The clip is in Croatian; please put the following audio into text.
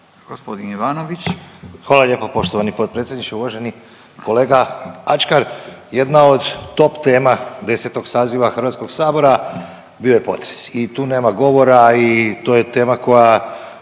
Goran (HDZ)** Hvala lijepa poštovani potpredsjedniče. Uvaženi kolega Ačkar, jedna od top tema 10. saziva HS-a bio je potres i tu nema govora i to je tema koja